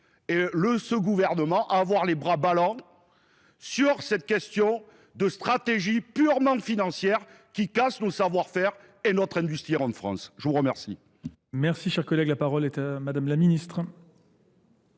et le ce gouvernement à avoir les bras ballants sur cette question de stratégie purement financière qui casse nos savoir-faire et notre industrie en France ? Je vous remercie.